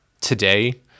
Today